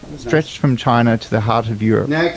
stretched from china to the heart of europe.